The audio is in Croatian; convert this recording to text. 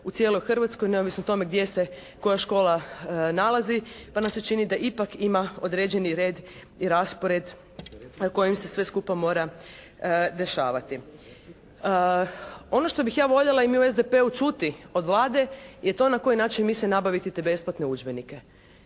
u cijeloj Hrvatskoj, neovisno o tome gdje se koja škola nalazi. Pa nam se čini da ipak ima određeni red i raspored po kojem se sve skupa mora dešavati. Ono što bih ja voljela, i mi u SDP-u, čuti od Vlade je to na koji način mislite nabaviti te besplatne udžbenike.